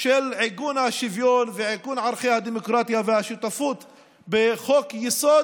של עיגון השוויון ועיגון ערכי הדמוקרטיה והשותפות בחוק-יסוד,